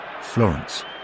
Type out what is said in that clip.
Florence